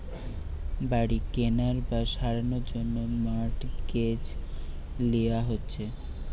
বাড়ি কেনার বা সারানোর জন্যে মর্টগেজ লিয়া হচ্ছে